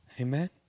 Amen